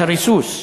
את הריסוס.